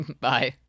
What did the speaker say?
Bye